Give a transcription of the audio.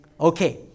Okay